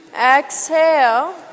Exhale